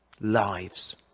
lives